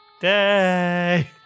Day